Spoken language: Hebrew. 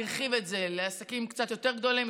הרחיב את זה לעסקים קצת יותר גדולים.